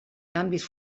canvis